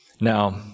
Now